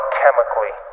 chemically